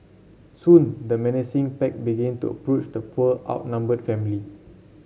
soon the menacing pack began to approach the poor outnumbered family